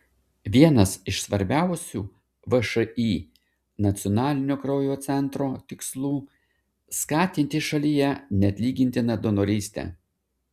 vienas iš svarbiausių všį nacionalinio kraujo centro tikslų skatinti šalyje neatlygintiną donorystę